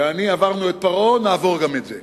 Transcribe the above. יעני, עברנו את פרעה, נעבור גם את זה.